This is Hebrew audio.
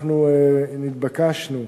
אנחנו נתבקשנו,